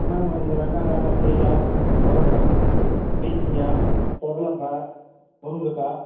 ma'am இங்கே வெண்டங்காய் கத்தரிக்காய் சொரக்காய் பீர்க்கிங்காய் பொடலங்காய் முருங்கக்காய்